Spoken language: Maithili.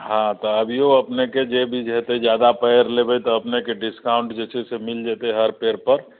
हँ तऽ अबियौ अपनेके जे बुझेतै जादा पेड़ लेबै तऽ अपनेके डिस्काउन्ट जे छै से मिल जेतै हर पेड़ पर